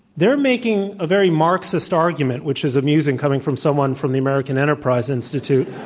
they're making a very marxist argument, which is amusing, coming from someone from the american enterprise institute